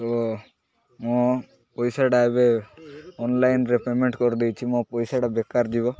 ତ ମୁଁ ପଇସାଟା ଏବେ ଅନଲାଇନ୍ରେ ପ୍ୟାମେଣ୍ଟ କରିଦେଇଛିି ମୋ ପଇସାଟା ବେକାର ଯିବ